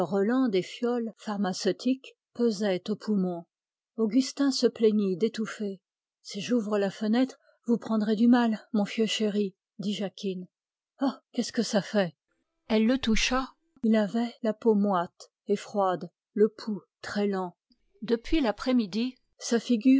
relent des fioles pharmaceutiques pesait aux poumons augustin se plaignit d'étouffer si j'ouvre la fenêtre vous prendrez du mal mon fieu chéri dit jacquine ah qu'est-ce que ça fait elle le toucha il avait la peau moite et froide le pouls très lent depuis l'après-midi sa figure